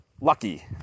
lucky